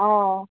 অঁ